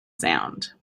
sound